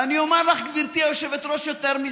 ואני אומר לך, גברתי היושבת-ראש, יותר מזה.